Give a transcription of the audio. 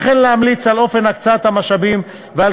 וכן להמליץ על אופן הקצאת המשאבים ועל